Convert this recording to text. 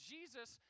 Jesus